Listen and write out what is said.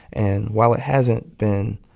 and while it hasn't been,